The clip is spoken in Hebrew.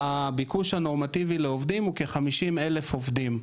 הביקוש הנורמטיבי לעובדים הוא כ-50,000 עובדים.